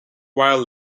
while